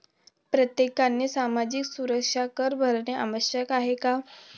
प्रत्येकाने सामाजिक सुरक्षा कर भरणे आवश्यक आहे का?